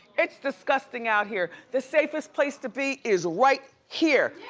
it's disgusting out here. the safest place to be is right here. yeah.